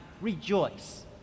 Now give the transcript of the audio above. Rejoice